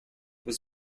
was